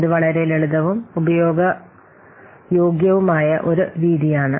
ഇത് വളരെ ലളിതവും ഉപയോഗ യോഗ്യവുമായ ഒരു രീതിയാണ്